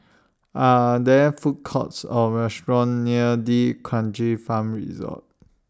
Are There Food Courts Or restaurants near D'Kranji Farm Resort